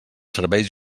serveis